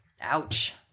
Ouch